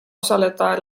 osaleda